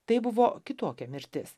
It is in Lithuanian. tai buvo kitokia mirtis